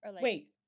Wait